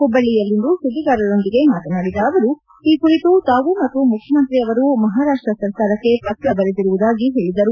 ಹುಬ್ಲಳ್ಳಿಯಲ್ಲಿಂದು ಸುದ್ದಿಗಾರರೊಂದಿಗೆ ಮಾತನಾಡಿದ ಅವರು ಈ ಕುರಿತು ತಾವು ಮತ್ತು ಮುಖ್ಯಮಂತ್ರಿ ಅವರು ಮಹಾರಾಷ್ಷ ಸರ್ಕಾರಕ್ಕೆ ಪತ್ರ ಬರೆಯುವುದಾಗಿ ಹೇಳಿದರು